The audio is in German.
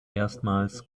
erstmals